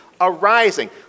arising